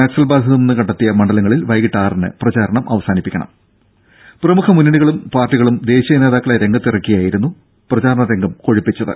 നക്സൽ ബാധിതമെന്ന് കണ്ടെത്തിയ മണ്ഡലങ്ങളിൽ വൈകിട്ട് ആറിന് പ്രചാരണം അവസാനിപ്പിക്കണം പ്രമുഖ മുന്നണികളും പാർട്ടികളും ദേശീയ നേതാക്കളെ രംഗത്തിറക്കിയായിരുന്നു പ്രചാരണരംഗം കൊഴുപ്പിച്ചത്